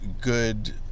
good